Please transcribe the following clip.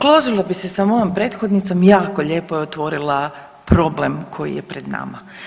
Složila bi se sa mojom prethodnicom, jako lijepo je otvorila problem koji je pred nama.